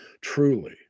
Truly